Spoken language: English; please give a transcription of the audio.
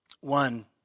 One